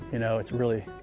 you know, it's really